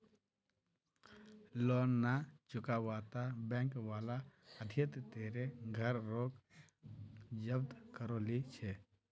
loan ना चुकावाता bank वाला आदित्य तेरे घर रोक जब्त करो ली छे